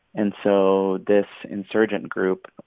and so this insurgent group,